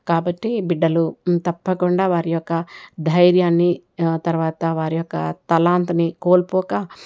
కాబట్టి బిడ్డలు తప్పకుండా వారి యొక్క ధైర్యాన్ని తర్వాత వారి యొక్క తలాంతుని కోల్పోక